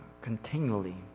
continually